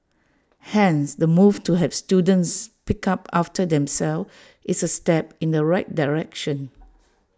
hence the move to have students pick up after themselves is A step in the right direction